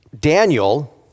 Daniel